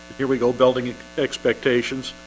here we go building expectations